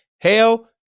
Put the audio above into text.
Hell